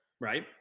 Right